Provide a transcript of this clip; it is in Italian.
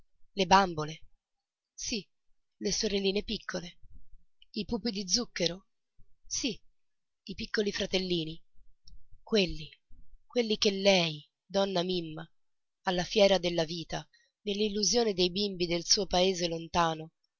le bambole sì le sorelline piccole i pupi di zucchero sì i piccoli fratellini quelli quelli che lei donna mimma alla fiera della vita nell'illusione dei bimbi del suo paese lontano